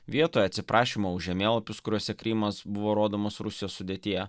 vietoj atsiprašymo už žemėlapius kuriuose krymas buvo rodomos rusijos sudėtyje